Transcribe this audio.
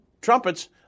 trumpets